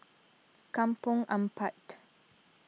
Kampong Ampat